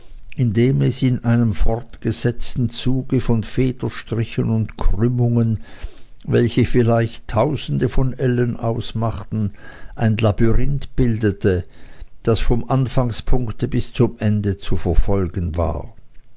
indem es in einem fortgesetzten zuge von federstrichen und krümmungen welche vielleicht tausende von ellen ausmachten ein labyrinth bildete das vom anfangspunkte bis zum ende zu verfolgen war